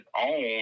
own